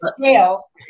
jail